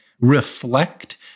reflect